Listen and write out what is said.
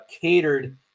catered